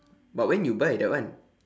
but when you buy that one